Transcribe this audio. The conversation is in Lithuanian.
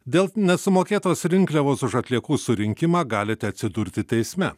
dėl nesumokėtos rinkliavos už atliekų surinkimą galite atsidurti teisme